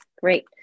great